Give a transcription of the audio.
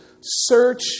search